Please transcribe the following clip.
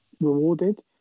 rewarded